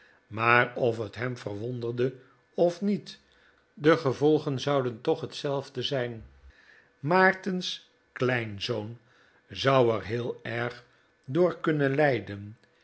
maar of het hem verwonderde of niet de gevolgen zouden toch dezelfde zijn maarten's kleinzoon zou er heel erg door kunnen lijden